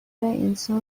انسان